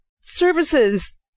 services